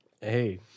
Hey